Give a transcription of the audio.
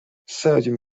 sodium